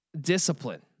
discipline